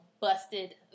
busted